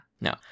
No